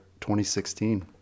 2016